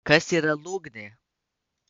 kas yra lūgnė